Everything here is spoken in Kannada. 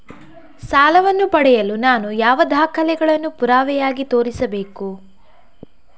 ಸಾಲವನ್ನು ಪಡೆಯಲು ನಾನು ಯಾವ ದಾಖಲೆಗಳನ್ನು ಪುರಾವೆಯಾಗಿ ತೋರಿಸಬೇಕು?